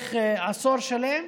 לאורך עשור שלם,